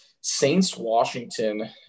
Saints-Washington